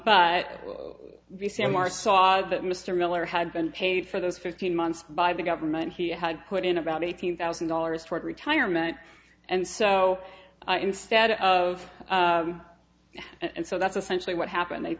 saw that mr miller had been paid for those fifteen months by the government he had put in about eighteen thousand dollars toward retirement and so instead of and so that's essentially what happened they